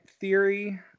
theory